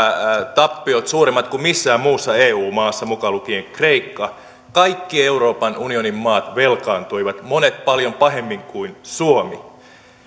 tappiot suuremmat kuin missään muussa eu maassa mukaan lukien kreikka kaikki euroopan unionin maat velkaantuivat monet paljon pahemmin kuin suomi